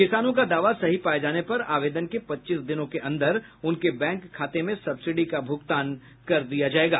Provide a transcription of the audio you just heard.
किसानों का दावा सही पाये जाने पर आवेदन के पच्चीस दिनों के अंदर उनके बैंक खाते में सब्सिडी का भुगतान कर दिया जाएगा